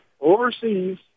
overseas